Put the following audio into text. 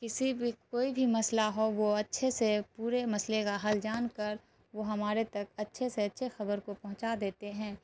کسی بھی کوئی بھی مسئلہ ہو وہ اچھے سے پورے مسئلے کا حل جان کر وہ ہمارے تک اچھے سے اچھے خبر کو پہنچا دیتے ہیں